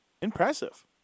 impressive